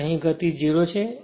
અને અહીં ગતિ 0 છે